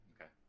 Okay